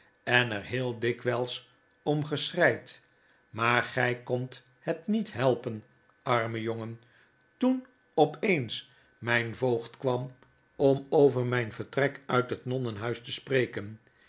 en er heel dikwylsom geschreid maar gy kondt het niet helpen arme jongen toen op eens myn voogd kwam om over myn vertrek uit het nonnenhuis te spreken